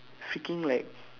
freaking like